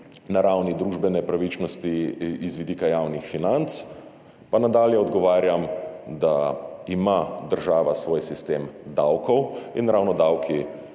na ravni družbene pravičnosti z vidika javnih financ, pa nadalje odgovarjam, da ima država svoj sistem davkov. In ravno davki,